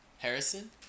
Harrison